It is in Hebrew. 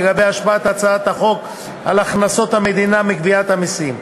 השפעת הצעת החוק על הכנסות המדינה מגביית המסים.